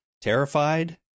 terrified